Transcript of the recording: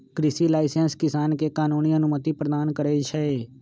कृषि लाइसेंस किसान के कानूनी अनुमति प्रदान करै छै